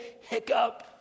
hiccup